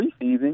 preseason